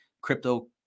crypto